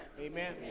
Amen